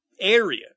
area